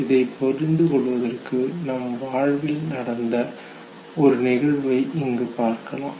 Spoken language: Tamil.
இதைப் புரிந்து கொள்வதற்கு நாம் வாழ்வில் நடந்த ஒரு நிகழ்வையும் இங்கு பார்க்கலாம்